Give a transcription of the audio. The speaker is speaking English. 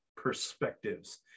perspectives